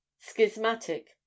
schismatic